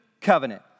covenant